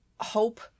hope